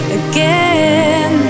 again